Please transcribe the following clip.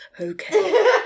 Okay